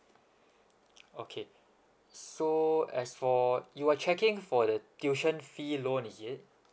okay so as for you were checking for the tuition fee loan is it